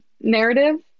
narrative